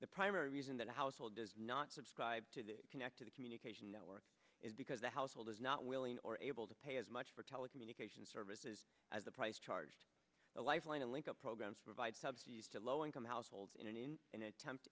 the primary reason that a household does not subscribe to the connect to the communication network is because the household is not willing or able to pay as much for telecommunications services as the price charged a lifeline and link up programs for vide subsidies to low income households and in an attempt